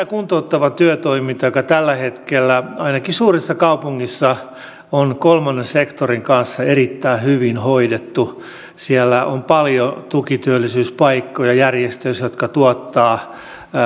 kuntouttava työtoiminta joka tällä hetkellä ainakin suurissa kaupungeissa on kolmannen sektorin kanssa erittäin hyvin hoidettu siellä on paljon tukityöllisyyspaikkoja järjestöissä jotka tuottavat